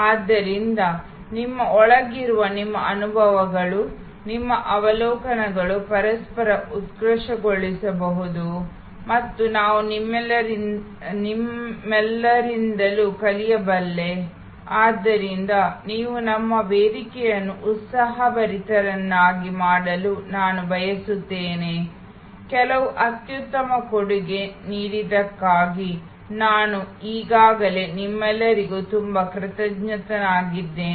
ಆದ್ದರಿಂದ ನಿಮ್ಮ ಅಂತರಂಗದಲ್ಲಿ ನಿಮ್ಮ ಅನುಭವಗಳು ನಿಮ್ಮ ಅವಲೋಕನಗಳು ಪರಸ್ಪರ ಉತ್ಕೃಷ್ಟಗೊಳಿಸಬಹುದು ಮತ್ತು ನಾನು ನಿಮ್ಮೆಲ್ಲರಿಂದಲೂ ಕಲಿಯಬಲ್ಲೆ ಆದ್ದರಿಂದ ನೀವು ನಮ್ಮ ವೇದಿಕೆಯನ್ನು ಉತ್ಸಾಹಭರಿತರನ್ನಾಗಿ ಮಾಡಲು ನಾನು ಬಯಸುತ್ತೇನೆ ಕೆಲವು ಅತ್ಯುತ್ತಮ ಕೊಡುಗೆ ನೀಡಿದ್ದಕ್ಕಾಗಿ ನಾನು ಈಗಾಗಲೇ ನಿಮ್ಮೆಲ್ಲರಿಗೂ ತುಂಬಾ ಕೃತಜ್ಞನಾಗಿದ್ದೇನೆ